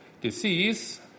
disease